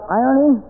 irony